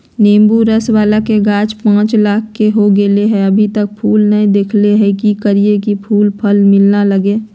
नेंबू रस बाला के गाछ पांच साल के हो गेलै हैं अभी तक फूल नय देलके है, की करियय की फूल और फल मिलना लगे?